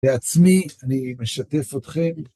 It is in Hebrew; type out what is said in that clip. לעצמי, אני משתף אתכם.